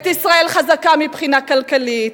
את ישראל חזקה מבחינה כלכלית,